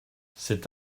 cet